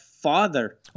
father